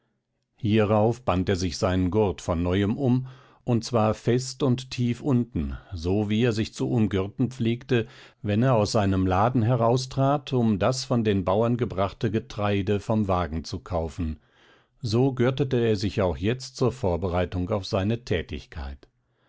hierauf band er sich seinen gurt von neuem um und zwar fest und tief unten so wie er sich zu umgürten pflegte wenn er aus seinem laden heraustrat um das von den bauern gebrachte getreide vom wagen zu kaufen so gürtete er sich auch jetzt zur vorbereitung auf seine tätigkeit